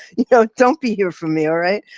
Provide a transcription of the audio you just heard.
you know, don't be here for me. all right.